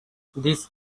this